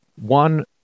one